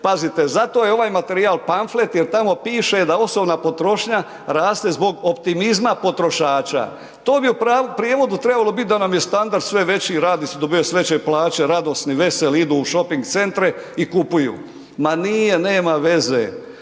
pazite zato je ovaj materijal pamflet jer tamo piše da osobna potrošnja raste zbog optimizma potrošača. To bi u prijevodu trebalo biti da nam je standard sve veći, radi se, dobivaju se veće plaće, radosni, veseli idu u šoping centre i kupuju. Ma nije nema veze.